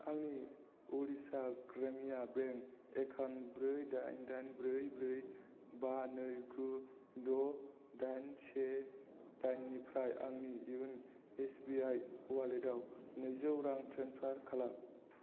आंनि Orissa Gramya bank account ब्रै दाइन दाइन ब्रै ब्रै बा नै गु द' दाइन से दाइननिफ्राय आंनि यन' एसबिआइ अवालेटाव नैजौ रां ट्रेन्सफार खालाम